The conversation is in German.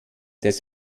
des